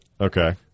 Okay